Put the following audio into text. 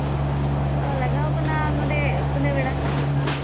ᱚᱸᱻ ᱞᱟᱜᱟᱣ ᱠᱟᱱᱟ ᱱᱚᱰᱮ ᱠᱩᱞᱟᱹᱵᱮᱲᱟ